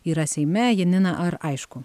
yra seime janina ar aišku